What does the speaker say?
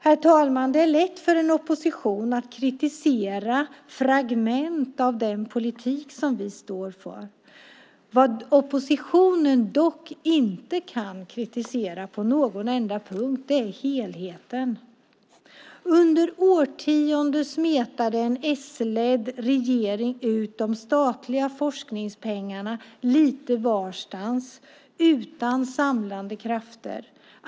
Herr talman! Det är lätt för oppositionen att kritisera fragment av den politik som vi står för. Vad oppositionen dock inte kan kritisera på en enda punkt är helheten. Under årtionden smetade en s-ledd regering ut de statliga forskningspengarna lite varstans utan samlande krafter.